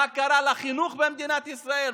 מה קרה לחינוך במדינת ישראל,